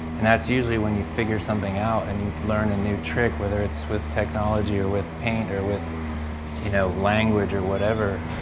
and that's usually when you figure something out and you learn a new trick whether it's with technology or with paint or with you know language or whatever.